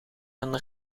een